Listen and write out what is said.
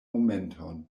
momenton